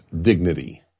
dignity